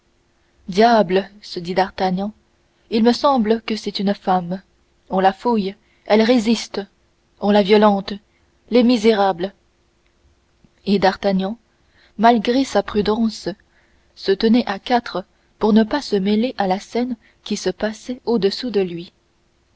diable se dit d'artagnan il me semble que c'est une femme on la fouille elle résiste on la violente les misérables et d'artagnan malgré sa prudence se tenait à quatre pour ne pas se mêler à la scène qui se passait au-dessous de lui